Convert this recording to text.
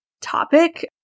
topic